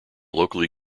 locally